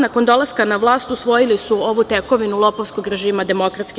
Nakon dolaska na vlast, usvojili su ovu tekovinu lopovskog režima DS.